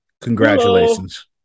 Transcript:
congratulations